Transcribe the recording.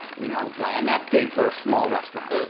you know? like and that's big for a small restaurant.